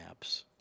apps